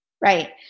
Right